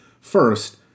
First